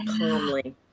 calmly